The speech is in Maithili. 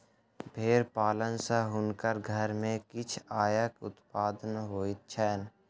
भेड़ पालन सॅ हुनकर घर में किछ आयक उत्पादन होइत छैन